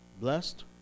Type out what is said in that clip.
blessed